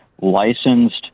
licensed